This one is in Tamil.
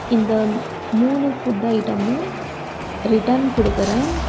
இந்த மூணு ஃபுட் ஐட்டமும் ரிட்டன் கொடுக்குறேன்